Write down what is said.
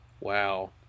Wow